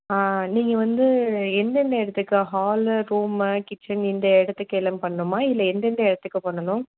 நீங்கள் வந்து எந்தெந்த இடத்துக்கு ஹாலு ரூமு கிட்சன் இந்த இடத்துக்கெல்லாம் பண்ணணுமா இல்லை எந்தெந்த இடத்துக்கு பண்ணணும்